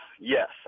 yes